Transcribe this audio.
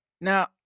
Now